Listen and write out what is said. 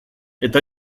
eta